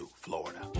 Florida